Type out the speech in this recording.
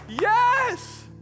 yes